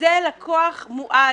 "זה לקוח מוּעד,